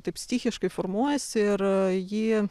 taip stichiškai formuojasi ir jį